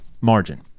margin